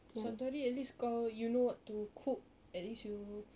satu hari at least kau you know what to cook at least you